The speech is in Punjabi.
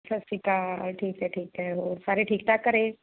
ਸਤਿ ਸ਼੍ਰੀ ਅਕਾਲ ਠੀਕ ਹੈ ਠੀਕ ਹੈ ਹੋਰ ਸਾਰੇ ਠੀਕ ਠਾਕ ਘਰੇ